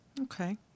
Okay